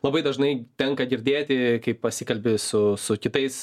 labai dažnai tenka girdėti kai pasikalbi su su kitais